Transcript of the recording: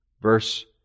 Verse